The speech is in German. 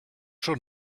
schon